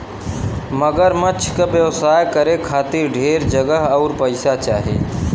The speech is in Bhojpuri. मगरमच्छ क व्यवसाय करे खातिर ढेर जगह आउर पइसा चाही